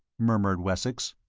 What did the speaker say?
murmured wessex.